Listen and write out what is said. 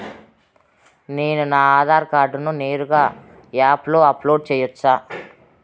నేను నా ఆధార్ కార్డును నేరుగా యాప్ లో అప్లోడ్ సేయొచ్చా?